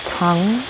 tongue